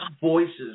voices